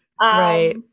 Right